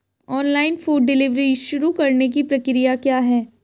Online food delivery शुरू करने की प्रक्रिया क्या है?